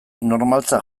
normaltzat